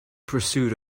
pursued